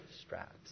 straps